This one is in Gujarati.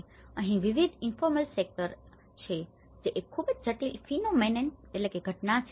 તેથી અહીં વિવિધ ઇન્ફોર્મલ સેક્ટર informal sector અનૌપચારિક ક્ષેત્ર છે જે એક ખૂબ જ જટિલ ફીનોમેનન phenomenon ઘટના છે